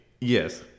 Yes